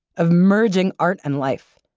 of merging art and life,